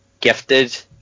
gifted